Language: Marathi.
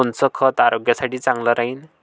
कोनचं खत आरोग्यासाठी चांगलं राहीन?